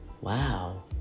wow